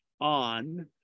on